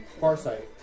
Farsight